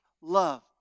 love